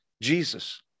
Jesus